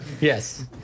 Yes